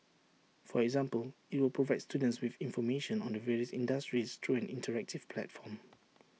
for example IT will provide students with information on the various industries through an interactive platform